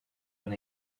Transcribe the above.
and